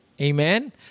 Amen